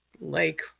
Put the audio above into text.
Lake